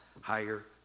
higher